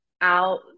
out